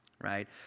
right